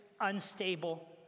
unstable